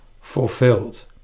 fulfilled